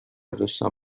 داشتم